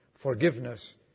Forgiveness